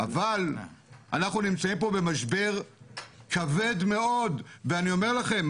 אבל אנחנו נמצאים פה במשבר כבד מאוד ואני אומר לכם,